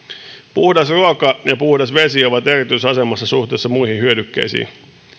puhdas ruoka ja puhdas vesi ovat erityisasemassa suhteessa muihin hyödykkeisiin